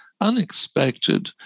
unexpected